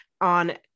on